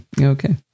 Okay